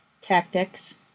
tactics